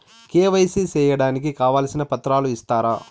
KYC సేయడానికి కావాల్సిన పత్రాలు ఇస్తారా?